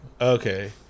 okay